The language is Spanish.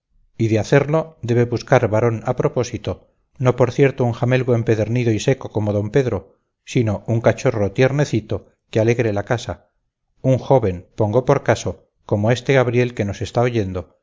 y de hacerlo debe buscar varón a propósito no por cierto un jamelgo empedernido y seco como d pedro sino un cachorro tiernecito que alegre la casa un joven pongo por caso como este gabriel que nos está oyendo